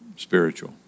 spiritual